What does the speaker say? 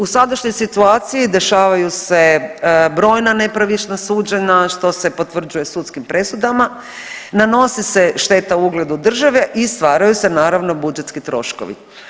U sadašnjoj situaciji dešavaju se brojna nepravična suđenja što se potvrđuje sudskim presudama, nanosi se šteta ugledu države i stvaraju se naravno budžetski troškovi.